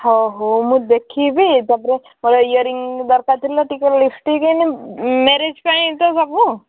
ହଉ ହଉ ମୁଁ ଦେଖିବି ତା ପରେ ମୋର ଇୟରିଂ ଦରକାର ଥିଲା ଟିକେ ଲିପଷ୍ଟିକ୍ ହେଲେ ମ୍ୟାରେଜ୍ ପାଇଁ ତ ହବ